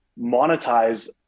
monetize